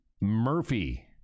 Murphy